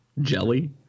jelly